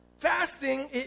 Fasting